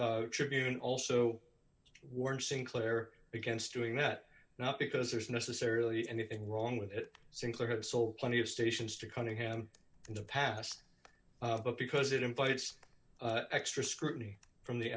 ship tribune also warned sinclair against doing that not because there's necessarily anything wrong with it sinclair has sold plenty of stations to cunningham in the past but because it invites extra scrutiny from the